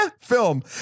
film